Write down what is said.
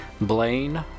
Blaine